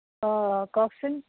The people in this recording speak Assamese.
অঁ কওকচোন